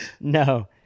No